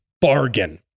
bargain